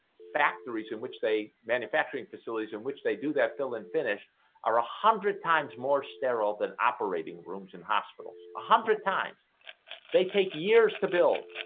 factories in which they manufacturing facilities in which they do that fill and finish are ah hundred times more sterile than operating rooms in hospitals a hundred times they take years to build